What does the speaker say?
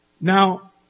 Now